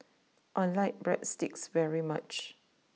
I like Breadsticks very much